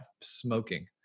smoking